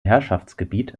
herrschaftsgebiet